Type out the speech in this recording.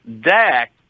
Dak